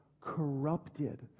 corrupted